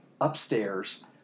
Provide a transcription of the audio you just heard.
upstairs